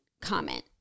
comment